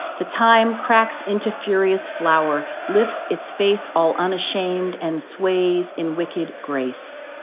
the time cracks into furious flower, lifts its face all unashamed, and sways in wicked grace.